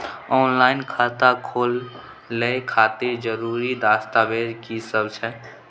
Online खाता खोले खातिर जरुरी दस्तावेज की सब छै?